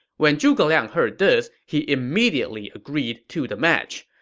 when zhuge liang heard this, he immediately agreed to the match.